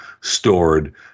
stored